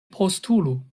postulu